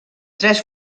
tres